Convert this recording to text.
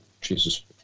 Jesus